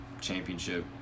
championship